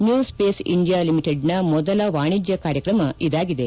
new space India ಲಿಮಿಟೆಡ್ನ ಮೊದಲ ವಾಣಿಜ್ಯ ಕಾರ್ಯಕ್ರಮ ಇದಾಗಿದೆ